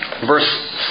verse